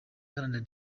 iharanira